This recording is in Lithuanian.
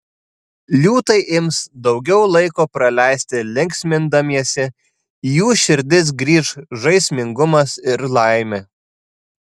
liūtai ims daugiau laiko praleisti linksmindamiesi į jų širdis grįš žaismingumas ir laimė